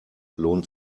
lohnt